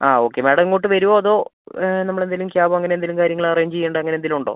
ആ okay madam ഇങ്ങോട്ട് വരുമോ അതോ നമ്മൾ എന്തെങ്കിലും ക്യാബോ അങ്ങനെ എന്തെങ്കിലും കാര്യങ്ങൾ അറേഞ്ച് ചെയ്യേണ്ട അങ്ങനെ എന്തെങ്കിലും ഉണ്ടോ